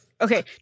okay